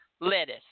lettuce